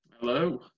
Hello